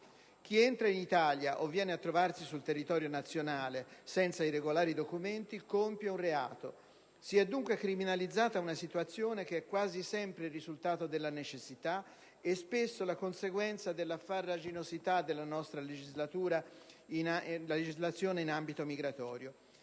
chi entra in Italia, o viene a trovarsi sul territorio nazionale, senza i regolari documenti compie un reato. Si è dunque criminalizzata una situazione che è quasi sempre il risultato della necessità, e spesso la conseguenza della farraginosità della nostra legislazione in ambito migratorio.